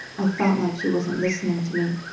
i felt like she wasn't listening to me.